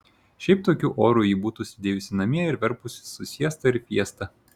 šiaip tokiu oru ji būtų sėdėjusi namie ir verpusi su siesta ir fiesta